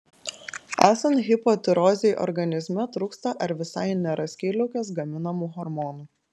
esant hipotirozei organizme trūksta ar visai nėra skydliaukės gaminamų hormonų